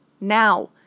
now